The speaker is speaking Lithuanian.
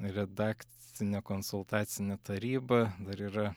redakcinė konsultacinė taryba dar yra